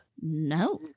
No